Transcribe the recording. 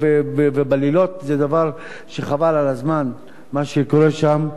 ובלילות זה דבר, חבל על הזמן מה שקורה שם.